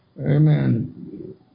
Amen